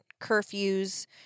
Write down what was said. Curfews